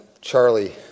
Charlie